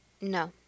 No